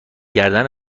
گردن